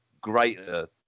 greater